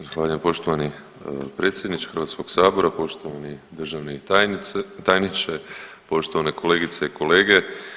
Zahvaljujem poštovani predsjedniče Hrvatskog sabora, poštovani državni tajniče, poštovane kolegice i kolege.